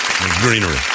Greenery